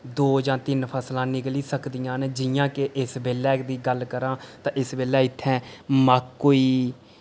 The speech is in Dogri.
दो जां तिन फसलां निकली सकदियां न जि'यां केह् इस बेल्लै दी गल्ल करां ते इस बेल्लै इत्थें मक्क होई